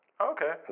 Okay